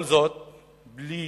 כל זאת בלי